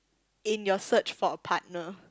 in your search for a partner